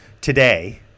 today